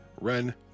Ren